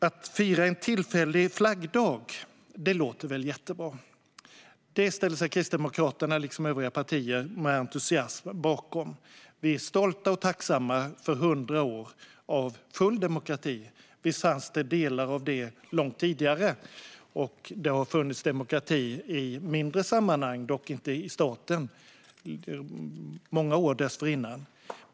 Att fira en tillfällig flaggdag låter väl jättebra. Det ställer sig Kristdemokraterna, liksom övriga partier, med entusiasm bakom. Vi är stolta och tacksamma för 100 år av full demokrati. Visst fanns det delar av det tidigare. Det har många år dessförinnan funnits demokrati i mindre sammanhang, dock inte i staten.